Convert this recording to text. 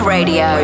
Radio